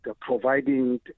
providing